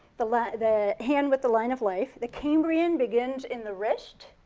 the like the hand with the line of life, the cambrian begins in the wrist.